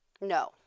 No